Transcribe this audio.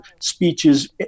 speeches